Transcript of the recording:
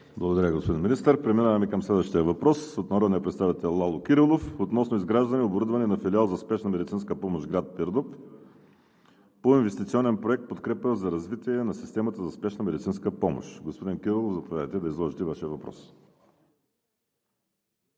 Благодаря Ви, господин Министър. Преминаваме към следващия въпрос – от народния представител Лало Кирилов относно изграждане и оборудване на Филиал за спешна медицинска помощ в град Пирдоп по инвестиционен проект „Подкрепа за развитие на системата за спешна медицинска помощ“. Господин Кирилов, заповядайте да изложите Вашия въпрос.